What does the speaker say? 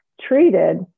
treated